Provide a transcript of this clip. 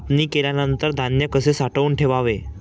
कापणी केल्यानंतर धान्य कसे साठवून ठेवावे?